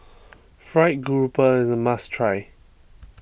Fried Grouper is a must try